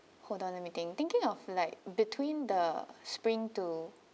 hold on let me think thinking of like between the spring to